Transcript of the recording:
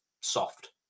soft